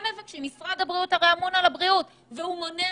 משרד הבריאות הרי אמון על הבריאות והוא מונע